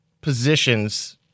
positions